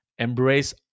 Embrace